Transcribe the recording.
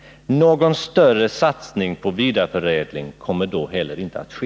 Någon större satsning på vidareförädling kommer då heller inte att ske.